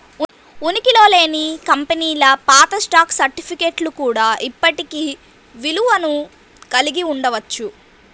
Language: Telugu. ఉనికిలో లేని కంపెనీల పాత స్టాక్ సర్టిఫికేట్లు కూడా ఇప్పటికీ విలువను కలిగి ఉండవచ్చు